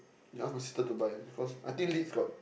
you ask my sister to buy cause I think Leeds got